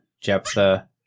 Jephthah